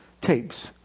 tapes